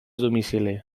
domicili